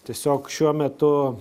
tiesiog šiuo metu